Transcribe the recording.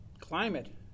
Climate